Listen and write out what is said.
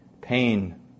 pain